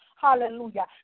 Hallelujah